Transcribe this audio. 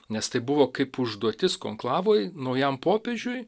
nes tai buvo kaip užduotis konklavoj naujam popiežiui